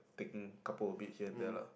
taking couple of it here and there lah